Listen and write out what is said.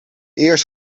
eerst